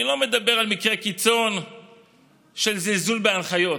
אני לא מדבר על מקרה קיצון של זלזול בהנחיות,